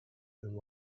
and